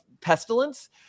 pestilence